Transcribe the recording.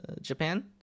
Japan